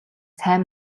сайн